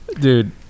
Dude